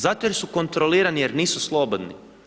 Zato jer su kontrolirani, jer nisu slobodni.